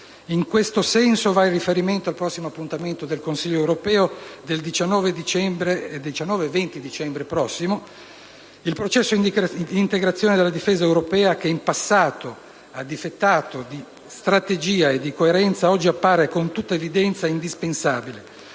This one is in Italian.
In questo senso va il riferimento al prossimo appuntamento del Consiglio europeo del 19 e 20 dicembre prossimi; il processo di integrazione della difesa europea che, in passato, ha difettato di strategia e di coerenza, oggi appare con tutta evidenza indispensabile